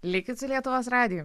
likit su lietuvos radiju